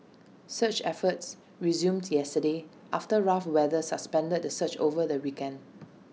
search efforts resumed yesterday after rough weather suspended the search over the weekend